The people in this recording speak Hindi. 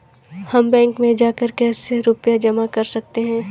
हम बैंक में जाकर कैसे रुपया जमा कर सकते हैं?